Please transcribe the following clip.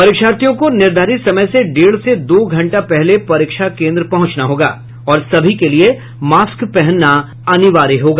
परीक्षार्थियों को निर्धारित समय से डेढ़ से दो घंटा पहले परीक्षा केन्द्र पहुंचना होगा और मास्क पहनना अनिवार्य होगा